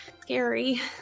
scary